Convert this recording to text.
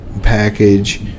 package